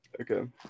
Okay